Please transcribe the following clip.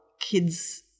kids